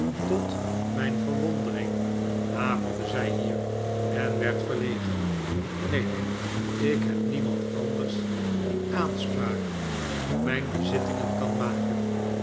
tot mijn verwondering haperde zij hier en werd verlegen neen ik heb niemand anders die aanspraak op mijn bezittingen kan maken